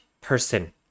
person